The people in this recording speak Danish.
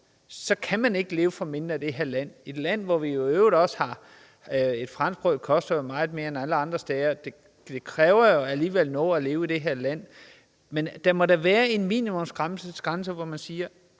kan man ikke leve for mindre i det her land, hvor et franskbrød i øvrigt koster meget mere end alle andre steder? Det kræver jo alligevel noget at leve i det her land. Men der må da være en minimumsgrænse, hvor man siger: